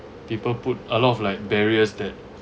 people put a lot of like barriers that